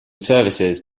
services